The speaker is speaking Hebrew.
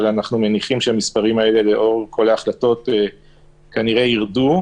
אבל אנחנו מניחים שלאור כל ההחלטות המספרים האלה כנראה ירדו.